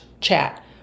chat